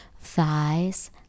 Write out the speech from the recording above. thighs